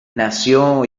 nació